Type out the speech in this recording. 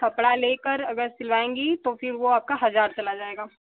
कपड़ा लेकर अगर सिलवाएँगी तो फिर वो आपका हजार चला जाएगा